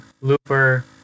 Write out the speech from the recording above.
looper